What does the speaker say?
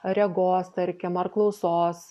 ar regos tarkim ar klausos